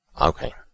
okay